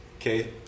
okay